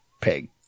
pig